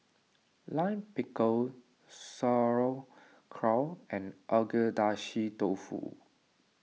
Lime Pickle Sauerkraut and Agedashi Dofu